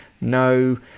No